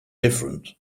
different